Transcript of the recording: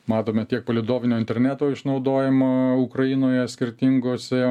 matome tiek palydovinio interneto išnaudojimą ukrainoje skirtingose